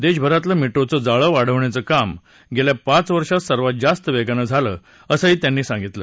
देशभरात मेट्रोचं जाळं वाढवण्याचं काम गेल्या पाच वर्षात सर्वात जास्त वेगाने झालं असं त्यांनी सांगितलं